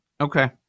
Okay